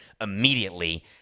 immediately